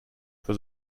for